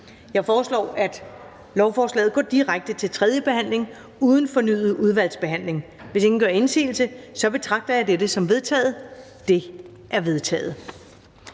Jeg foreslår, at lovforslaget går direkte til tredje behandling uden fornyet udvalgsbehandling. Hvis ingen gør indsigelse, betragter jeg dette som vedtaget. Det er vedtaget.